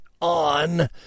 on